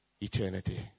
eternity